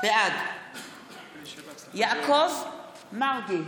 בעד יעקב מרגי,